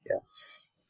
Yes